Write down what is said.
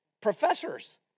Professors